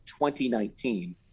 2019